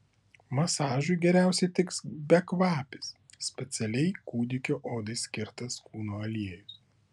masažui geriausiai tiks bekvapis specialiai kūdikio odai skirtas kūno aliejus